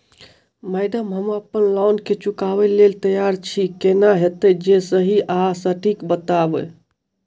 Madam हम अप्पन loan केँ चुकाबऽ लैल तैयार छी केना हएत जे सही आ सटिक बताइब?